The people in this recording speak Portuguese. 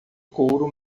couro